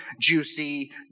juicy